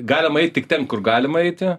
galima eit tik ten kur galima eiti